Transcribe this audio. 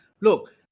look